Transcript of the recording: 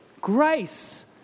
grace